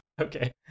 Okay